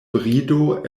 brido